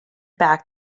back